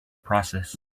process